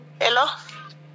hello